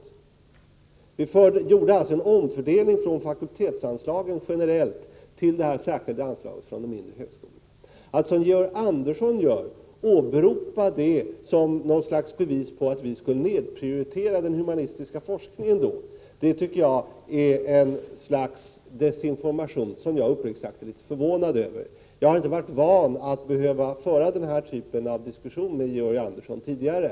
Vi gjorde alltså en omfördelning från fakultetsanslagen generellt till det här särskilda anslaget för de mindre högskolorna. Att som Georg Andersson gör åberopa detta som något slags bevis på att vi ville nedprioritera den humanistiska forskningen är en sorts desinformation, som jag uppriktigt sagt är litet förvånad över. Jag har inte varit van vid att behöva föra denna typ av diskussion med Georg Andersson tidigare.